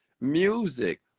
Music